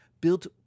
built